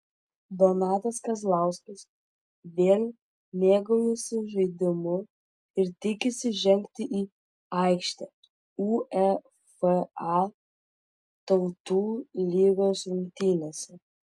donatas kazlauskas vėl mėgaujasi žaidimu ir tikisi žengti į aikštę uefa tautų lygos rungtynėse